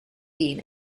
been